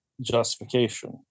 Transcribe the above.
justification